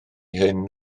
hyn